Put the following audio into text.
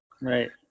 Right